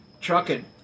trucking